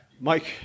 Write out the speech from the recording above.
Mike